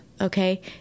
Okay